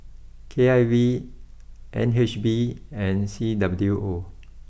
K I V N H B and C W O